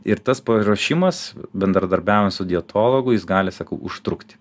ir tas paruošimas bendradarbiaujant su dietologu jis gali sakau užtrukti